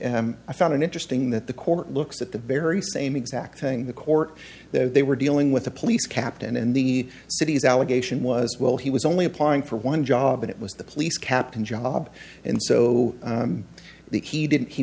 case i found it interesting that the court looks at the very same exact thing the court that they were dealing with a police captain and the city's allegation was well he was only applying for one job it was the police captain job and so he didn't he